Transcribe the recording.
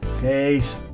Peace